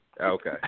Okay